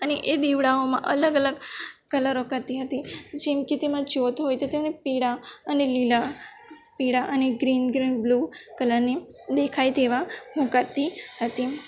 અને એ દીવડાઓમાં અલગ અલગ કલરો કરતી હતી જેમકે તેમાં જ્યોત હોય તો તેને પીળા અને લીલા પીળા અને ગ્રીન ગ્રીન બ્લૂ કલરની દેખાય તેવાં હું કરતી હતી